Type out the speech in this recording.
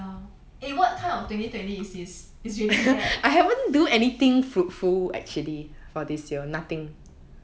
ya eh what kind of twenty twenty is this it's really bad you